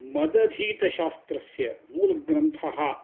मदधीतशास्त्रस्य मूलग्रन्थः